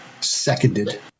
seconded